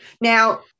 Now